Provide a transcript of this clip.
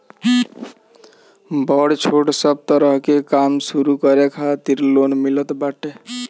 बड़ छोट सब तरह के काम शुरू करे खातिर लोन मिलत बाटे